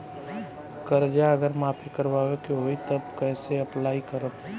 कर्जा अगर माफी करवावे के होई तब कैसे अप्लाई करम?